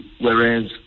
whereas